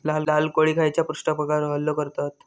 लाल कोळी खैच्या पृष्ठभागावर हल्लो करतत?